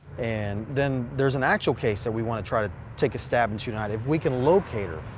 and then there's an actual case that we want to try to take a stab into tonight if we can locate her.